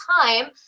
time